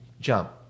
jump